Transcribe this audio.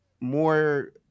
more